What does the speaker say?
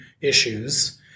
issues